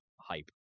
hype